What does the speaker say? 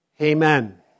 Amen